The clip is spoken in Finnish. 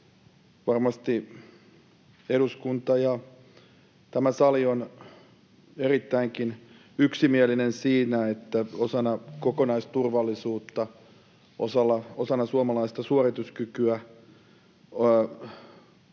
Varmasti eduskunta ja tämä sali on erittäinkin yksimielinen siinä, että osana kokonaisturvallisuutta, osana suomalaista suorituskykyä